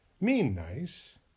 mean-nice